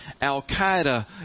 Al-Qaeda